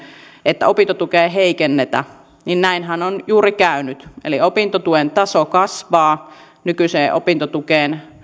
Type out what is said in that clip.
että opintotukea ei heikennetä niin näinhän on juuri käynyt eli opintotuen taso kasvaa nykyiseen opintotukeen